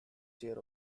chair